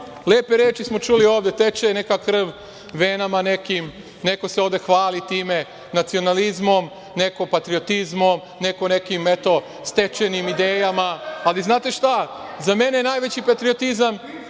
lepe reči smo čuli ovde, teče neka krv venama nekim, neko se ovde hvali time, nacionalizmom, neko patriotizmom, neko nekim, eto, stečenim idejama, ali znate šta, za mene je najveći patriotizam